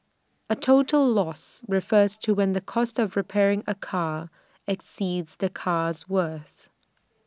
A total loss refers to when the cost of repairing A car exceeds the car's worth